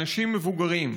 אנשים מבוגרים.